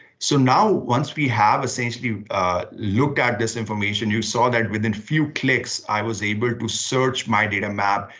so now, once we have essentially looked at this information, you saw that within few clicks, i was able to search my data map,